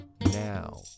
Now